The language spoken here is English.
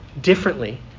differently